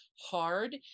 hard